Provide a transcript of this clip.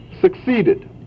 succeeded